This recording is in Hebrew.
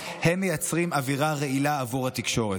הן מייצרות אווירה רעילה עבור התקשורת.